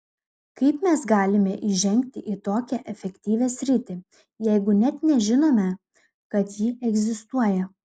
kaip mes galime įžengti į tokią efektyvią sritį jeigu net nežinome kad ji egzistuoja